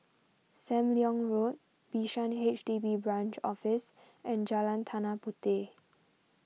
Sam Leong Road Bishan H D B Branch Office and Jalan Tanah Puteh